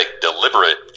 deliberate